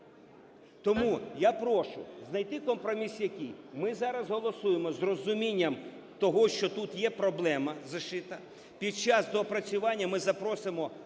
Тому я прошу знайти компроміс який, ми зараз голосуємо з розумінням того, що тут є проблема зашита. Під час доопрацювання ми запросимо